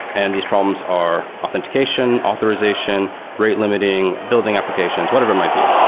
and these problems are authentication, authorization, rate limiting building applications, whatever it might be.